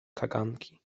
kaganki